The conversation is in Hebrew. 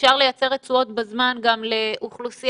אפשר לייצר רצועות בזמן גם לאוכלוסייה